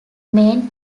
main